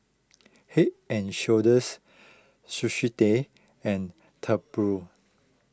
Head and Shoulders Sushi Tei and Tempur